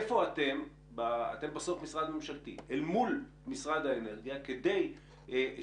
איפה אתם עומדים מול משרד האנרגיה בעניין הזה?